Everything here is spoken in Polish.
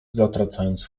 zatracając